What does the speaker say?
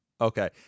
okay